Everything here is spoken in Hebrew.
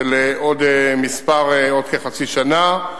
עוד כחצי שנה.